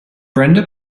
brenda